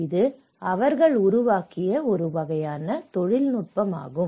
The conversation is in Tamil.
இது அவர்கள் உருவாக்கிய ஒரு வகையான தொழில்நுட்பமாகும்